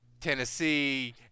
Tennessee